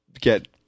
get